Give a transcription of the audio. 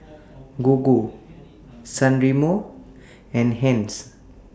Gogo San Remo and Heinz